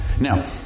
Now